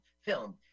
film